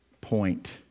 point